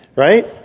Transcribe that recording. Right